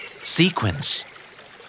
Sequence